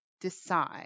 decide